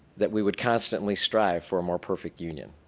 that we would constantly strive for a more perfect union.